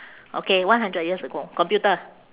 okay one hundred years ago computer